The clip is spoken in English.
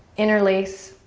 interlace.